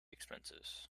expenses